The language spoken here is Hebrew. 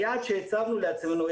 היעד שהצבנו לעצמנו,